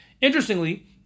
Interestingly